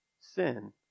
sin